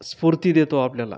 स्फूर्ती देतो आपल्याला